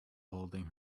holding